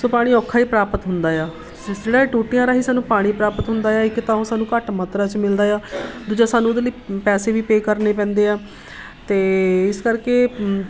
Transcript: ਸੋ ਪਾਣੀ ਔਖਾ ਹੀ ਪ੍ਰਾਪਤ ਹੁੰਦਾ ਹੈ ਜਿਹੜਾ ਟੂਟੀਆਂ ਰਾਹੀ ਸਾਨੂੰ ਪਾਣੀ ਪ੍ਰਾਪਤ ਹੁੰਦਾ ਹੈ ਇੱਕ ਤਾਂ ਉਹ ਸਾਨੂੰ ਘੱਟ ਮਾਤਰਾ 'ਚ ਮਿਲਦਾ ਹੈ ਦੂਜਾ ਸਾਨੂੰ ਉਹਦੇ ਲਈ ਪੈਸੇ ਵੀ ਪੇ ਕਰਨੇ ਪੈਂਦੇ ਆ ਅਤੇ ਇਸ ਕਰਕੇ